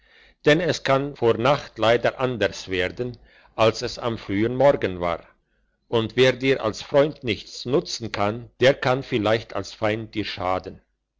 denn es kann vor nacht leicht anders werden als es am frühen morgen war und wer dir als freund nichts nutzen kann der kann vielleicht als feind dir schaden